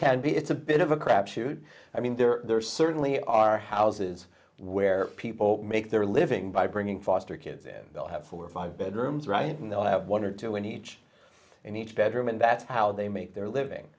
can be it's a bit of a crapshoot i mean there certainly are houses where people make their living by bringing foster kids in they'll have four or five bedrooms right and they'll have one or two in each in each bedroom and that's how they make their living